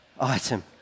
item